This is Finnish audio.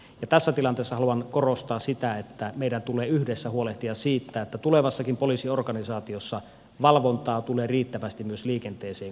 ja tässä tilanteessa haluan korostaa sitä että meidän tulee yhdessä huolehtia siitä että tulevassakin poliisiorganisaatiossa valvontaa tulee riittävästi myös liikenteeseen kohdistaa